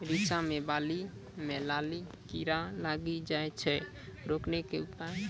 रिचा मे बाली मैं लाही कीड़ा लागी जाए छै रोकने के उपाय?